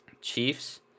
Chiefs